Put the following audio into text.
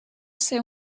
ser